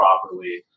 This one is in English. properly